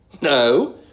no